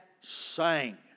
sang